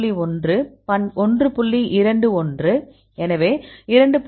21 எனவே 2